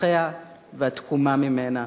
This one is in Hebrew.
לקחיה והתקומה ממנה.